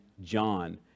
John